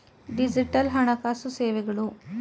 digital ಹಣಕಾಸು ಸೇವೆಗಳು